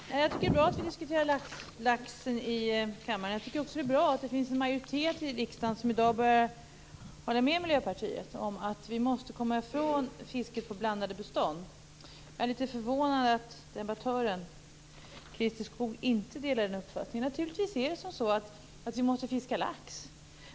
Herr talman! Jag tycker att det är bra att vi i kammaren i dag diskuterar laxen. Det är också bra att det i dag finns en majoritet i riksdagen som håller med Miljöpartiet att vi måste komma ifrån fisket på blandade bestånd. Jag är litet förvånad över att debattören Christer Skoog inte delar den uppfattningen. Naturligtvis måste vi fiska lax.